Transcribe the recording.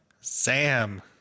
Sam